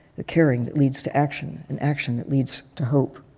the caring that leads to action and action that leads to hope.